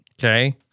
Okay